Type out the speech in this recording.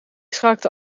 schaakte